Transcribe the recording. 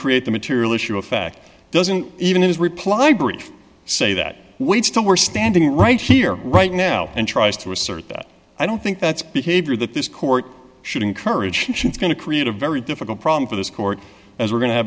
create the material issue of fact doesn't even his reply brief say that waits till we're standing right here right now and tries to assert that i don't think that's behavior that this court should encourage and she's going to create a very difficult problem for this court as we're going to